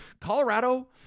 Colorado